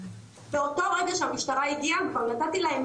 באותו רגע שהמשטרה הגיעה כבר נתתי להם